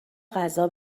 غذا